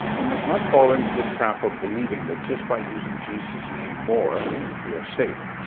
we must not fall into the trap of believing that just by using jesus' name more, we are saved.